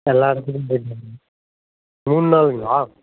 எல்லா இடத்துக்கும் போயிட்டு மூணு நாளுங்களா